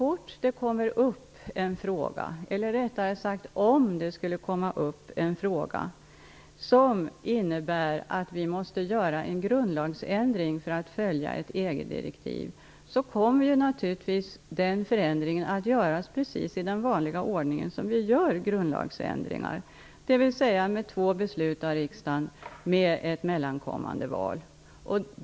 Om det kommer upp en fråga som innebär att vi måste göra en grundlagsändring för att följa ett EG direktiv, kommer naturligtvis den förändringen att göras precis i den vanliga ordning som grundlagsändringar görs, dvs. med två beslut av riksdagen med ett mellankommande val.